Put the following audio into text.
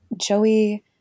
Joey